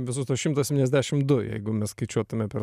visus tuos šimtą septyniasdešim du jeigu mes skaičiuotume per